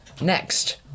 Next